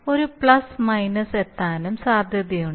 ഒരു plus minus എത്താനും സാധ്യതയുണ്ട്